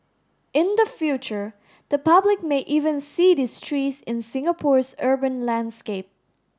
in the future the public may even see these trees in Singapore's urban landscape